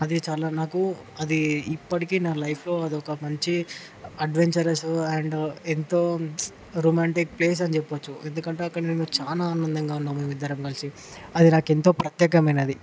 అది చాలా నాకు అది ఇప్పటికి నా లైఫ్లో అది ఒక మంచి అడ్వెంచరస్ అండ్ ఎంతో రొమాంటిక్ ప్లేస్ అని చెప్పొచ్చు ఎందుకంటే అక్కడ నేను చాలా ఆనందంగా ఉన్నాం మేమిద్దరం కలిసి అది నాకు ఎంతో ప్రత్యేకమైనది